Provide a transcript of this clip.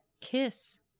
Kiss